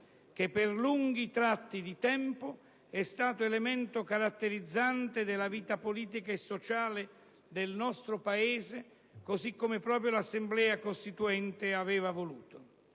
che per lunghi tratti di tempo è stato elemento caratterizzante della vita politica e sociale del nostro Paese, così come proprio l'Assemblea costituente aveva voluto